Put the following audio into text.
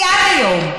כי עד היום,